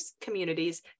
communities